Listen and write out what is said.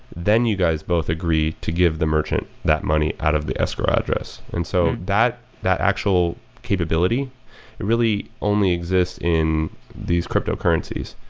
then you guys both agree to give the merchant that money out of the escrow address. and so that that actual capability really only exist in these cryptocurrencies.